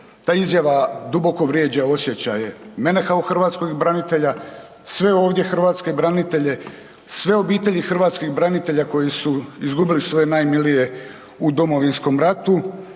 Ta izjava duboko vrijeđa osjećaje mene kao hrvatskog branitelja, sve ovdje hrvatske branitelje, sve obitelji hrvatskih branitelja koji su izgubili svoje najmilije u Domovinskom ratu